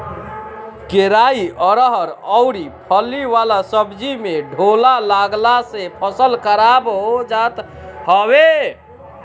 केराई, अरहर अउरी फली वाला सब्जी में ढोला लागला से फसल खराब हो जात हवे